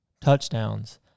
touchdowns